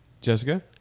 Jessica